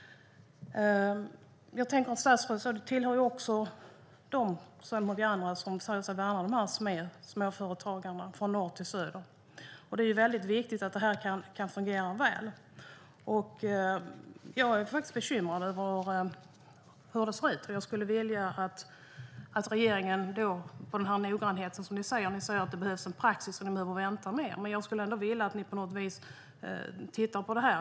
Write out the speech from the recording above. Statsrådet tillhör dem som säger sig värna om de små företagarna från norr till söder. Det är viktigt att det kan fungera väl. Jag är bekymrad över hur det ser ut. Regeringen säger att det behövs en praxis och att ni behöver vänta ytterligare. Men jag skulle ändå vilja att ni tittar på detta.